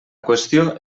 qüestió